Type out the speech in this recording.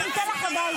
את היית שרה.